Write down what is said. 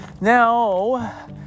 Now